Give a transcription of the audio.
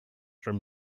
from